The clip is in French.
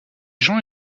jean